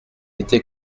été